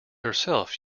herself